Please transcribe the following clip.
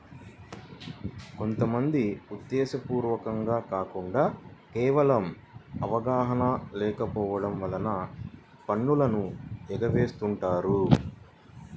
కొంత మంది ఉద్దేశ్యపూర్వకంగా కాకుండా కేవలం అవగాహన లేకపోవడం వలన పన్నులను ఎగవేస్తుంటారు